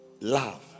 Love